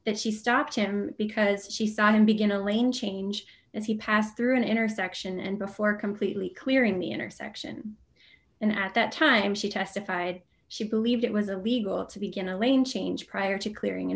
that she stopped him because she saw him begin a lane change as he passed through an intersection and before completely clearing the intersection and at that time she testified she believed it was a legal to begin a lane change prior to clearing an